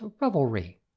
revelry